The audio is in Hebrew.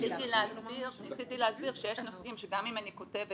ניסיתי להסביר שיש נושאים שגם אם אני כותבת